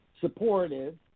supportive